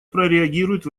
прореагирует